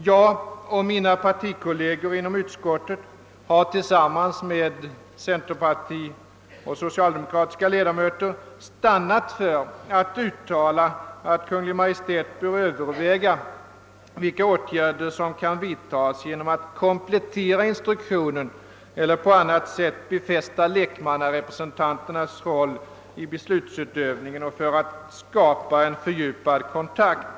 Jag och mina partikolleger inom utskottet har tillsammans med centerpartiledamöter och socialdemokratiska ledamöter stannat för att uttala, att Kungl. Maj:t bör överväga vilka åtgärder som kan vidtas genom att komplettera instruktionen eller på annat sätt befästa lekmannarepresentanternas roll i beslutsutövningen och för att skapå en fördjupad kontakt.